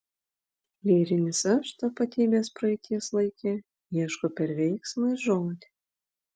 lyrinis aš tapatybės praeities laike ieško per veiksmą ir žodį